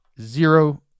zero